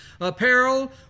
apparel